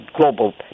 global